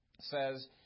says